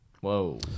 Whoa